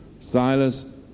Silas